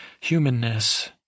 humanness